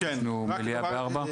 יש לנו מליאה בארבע.